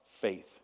Faith